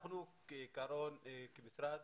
אנחנו כעיקרון כמשרד